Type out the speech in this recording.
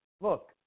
Look